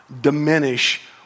diminish